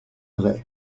vrai